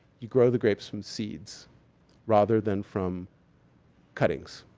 you grow the grapes from seeds rather than from cuttings.